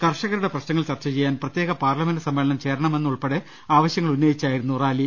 കർഷകരുടെ പ്രശ്നങ്ങൾ ചർച്ച ചെയ്യാൻ പ്രത്യേക പാർലമെന്റ് സമ്മേളനം ചേരണമെന്നുൾപ്പെട ആവശൃങ്ങൾ ഉന്നയിച്ചായിരുന്നു റാലി